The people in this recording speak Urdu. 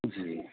جی